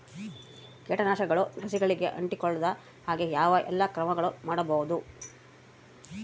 ಕೇಟನಾಶಕಗಳು ಸಸಿಗಳಿಗೆ ಅಂಟಿಕೊಳ್ಳದ ಹಾಗೆ ಯಾವ ಎಲ್ಲಾ ಕ್ರಮಗಳು ಮಾಡಬಹುದು?